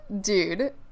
Dude